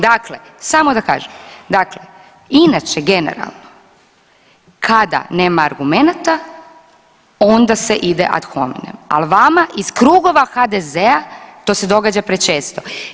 Dakle, samo da kažem, dakle, inače, generalno, kada nema argumenata, onda se ide ad hominem, ali vama iz krugova HDZ-a to se događa prečesto.